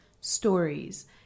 stories